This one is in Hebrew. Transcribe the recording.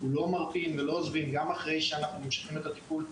אנחנו לא מרפים ולא עוזבים גם אחרי שאנחנו ממשיכים את הטיפול.